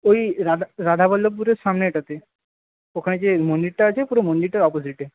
ওই রাধা রাধাবল্লভপুরের সামনেটাতে ওখানে যে মন্দিরটা আছে পুরো মন্দিরটার অপজিটে